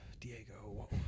Diego